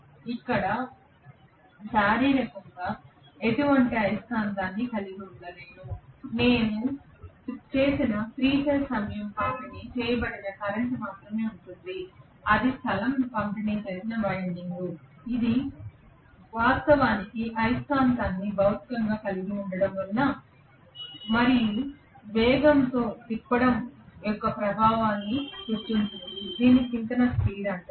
నేను ఇక్కడ భౌతికంగా ఎటువంటి అయస్కాంతాన్ని కలిగి లేను నేను చేసిన 3 ఫేజ్ సమయం పంపిణీ చేయబడిన కరెంట్ మాత్రమే కలిగి ఉంది అది స్థలం పంపిణీ చేసిన వైండింగ్ ఇది వాస్తవానికి అయస్కాంతాన్ని భౌతికంగా కలిగి ఉండటం మరియు వేగంతో తిప్పడం యొక్క ప్రభావాన్ని సృష్టించింది దీనిని సింక్రోనస్ స్పీడ్ అంటారు